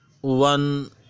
one